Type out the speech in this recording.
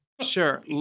Sure